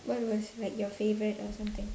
what was like your favourite or something